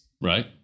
Right